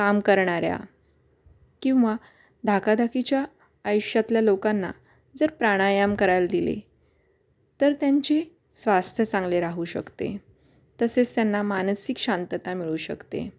काम करणाऱ्या किंवा धकाधाकीच्या आयुष्यातल्या लोकांना जर प्राणायाम करायला दिले तर त्यांचे स्वास्थ्य चांगले राहू शकते तसेच त्यांना मानसिक शांतता मिळू शकते